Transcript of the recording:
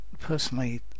personally